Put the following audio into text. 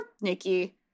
Nikki